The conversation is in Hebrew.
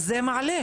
אז זה מעלה.